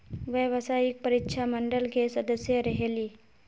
व्यावसायिक परीक्षा मंडल के सदस्य रहे ली?